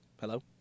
Hello